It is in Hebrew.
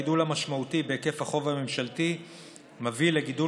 הגידול המשמעותי בהיקף החוב הממשלתי מביא לגידול